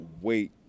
wait